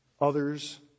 Others